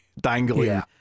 dangling